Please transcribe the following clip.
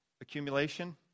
accumulation